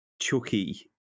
Chucky